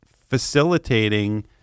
facilitating